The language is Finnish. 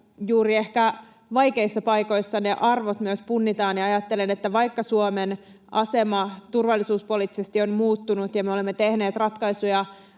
juuri vaikeissa paikoissa ne arvot myös punnitaan. Ajattelen, että vaikka Suomen asema turvallisuuspoliittisesti on muuttunut ja me olemme tehneet ratkaisuja